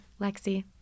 Lexi